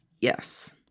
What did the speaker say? Yes